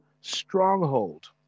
stronghold